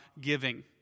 giving